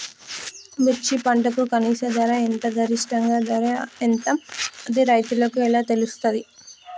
మిర్చి పంటకు కనీస ధర ఎంత గరిష్టంగా ధర ఎంత అది రైతులకు ఎలా తెలుస్తది?